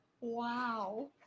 Wow